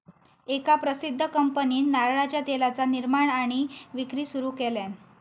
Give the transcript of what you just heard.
एका प्रसिध्द कंपनीन नारळाच्या तेलाचा निर्माण आणि विक्री सुरू केल्यान